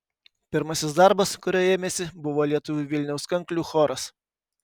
pirmasis darbas kurio ėmėsi buvo lietuvių vilniaus kanklių choras